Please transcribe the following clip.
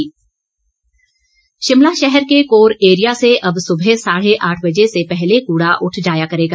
कुसुम सदरेट शिमला शहर के core area से अब सुबह साढ़े आठ बजे से पहले कूड़ा उठ जाया करेगा